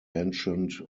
ancient